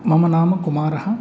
मम नाम कुमारः